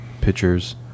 pictures